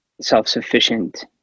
self-sufficient